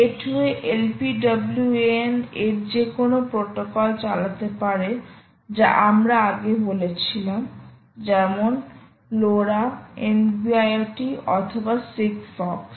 gateway LPWAN এর যে কোনও প্রোটোকল চালাতে পারে যা আমরা আগে বলেছিলাম যেমন LORA NBIOT অথবা SigFox